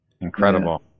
Incredible